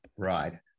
right